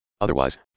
Otherwise